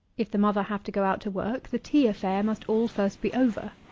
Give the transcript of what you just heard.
if the mother have to go out to work, the tea affair must all first be over.